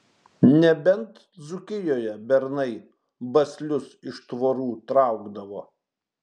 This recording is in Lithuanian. nebent dzūkijoje bernai baslius iš tvorų traukdavo